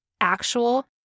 actual